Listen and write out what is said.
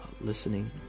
listening